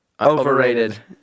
Overrated